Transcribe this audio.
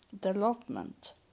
development